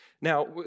Now